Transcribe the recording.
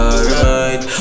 Alright